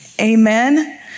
Amen